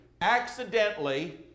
accidentally